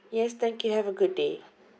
yes thank you have a good day